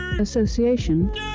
Association